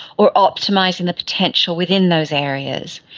or optimising the potential within those areas.